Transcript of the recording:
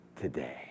today